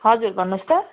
हजुर भन्नुहोस् त